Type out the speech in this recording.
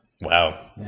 Wow